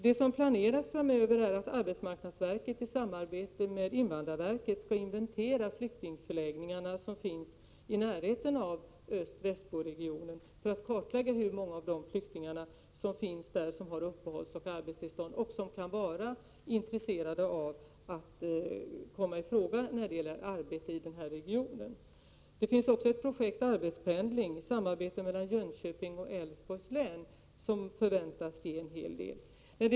Vad som planeras framöver är att arbetsmarknadsverket i samarbete med invandrarverket skall inventera de flyktingförläggningar som finns i närheten av Östbo—Västboregionen, för att kartlägga hur många av de invandrare som finns där som har uppehållsoch arbetstillstånd och kan vara intresserade av att komma i fråga när det gäller arbete i den här regionen. Det finns också ett projekt om arbetspendling, där ett samarbete sker mellan Jönköpings och Älvsborgs län. Det förväntas ge en hel del.